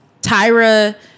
Tyra